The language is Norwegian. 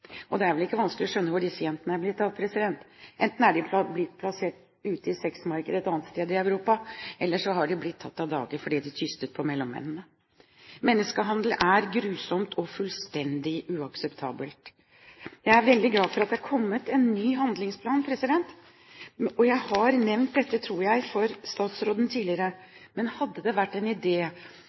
Det er vel ikke vanskelig å skjønne hvor disse jentene er blitt av. Enten er de blitt plassert ute i sexmarkedet et annet sted i Europa, eller de er blitt tatt av dage fordi de tystet på mellommennene. Menneskehandel er grusomt og fullstendig uakseptabelt. Jeg er veldig glad for at det er kommet en ny handlingsplan, og jeg tror jeg har nevnt dette for statsråden tidligere: Hadde det vært en